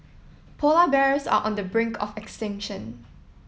polar bears are on the brink of extinction